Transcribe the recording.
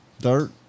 Dirt